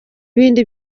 bindi